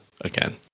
again